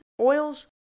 oils